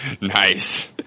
Nice